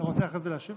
עד עשר דקות.